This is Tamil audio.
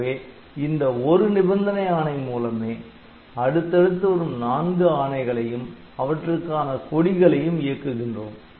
ஆகவே இந்த ஒரு நிபந்தனை ஆணை மூலமே அடுத்தடுத்து வரும் நான்கு ஆணைகளையும் அவற்றுக்கான கொடிகளையும் இயக்குகிறோம்